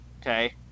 okay